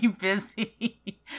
busy